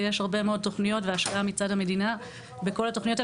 ויש הרבה מאוד תוכניות והשקעה מצד המדינה בכל התוכניות האלה,